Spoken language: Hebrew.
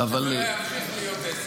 שזה לא ימשיך להיות עסק.